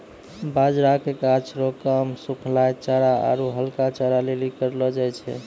बाजरा के गाछ रो काम सुखलहा चारा आरु हरका चारा लेली करलौ जाय छै